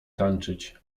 tańczyć